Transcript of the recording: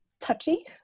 touchy